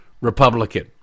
Republican